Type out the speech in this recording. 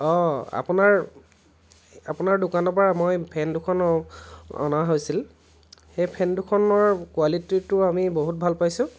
অঁ আপোনাৰ আপোনাৰ দোকানৰ পৰা মই ফেন দুখন অনা হৈছিল সেই ফোন দুখনৰ কোৱালিটিটো আমি বহুত ভাল পাইছোঁ